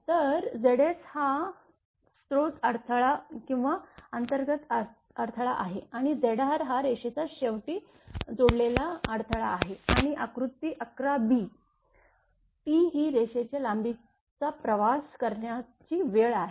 तर Zs हा स्रोत अडथळा किंवा अंतर्गत अडथळा आहे आणि Zr हा रेषेच्या शेवटी जोडलेला अडथळा आहे आणि आकृती 11 b T ही रेषेच्या लांबीचा प्रवास करण्याची वेळ आहे